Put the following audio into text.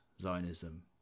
zionism